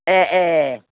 ए ए